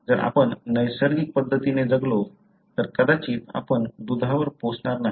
जर आपण नैसर्गिक पद्धतीने जगलो तर कदाचित आपण दुधावर पोसणार नाही